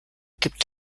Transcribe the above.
gibt